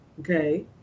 okay